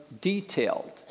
detailed